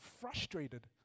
frustrated